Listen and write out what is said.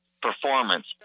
performance